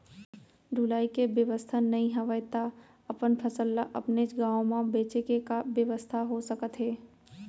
ढुलाई के बेवस्था नई हवय ता अपन फसल ला अपनेच गांव मा बेचे के का बेवस्था हो सकत हे?